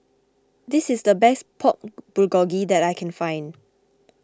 this is the best Pork Bulgogi that I can find